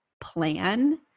plan